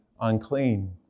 unclean